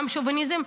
גם שוביניזם,